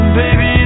baby